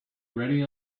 ready